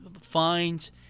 fines